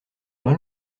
mal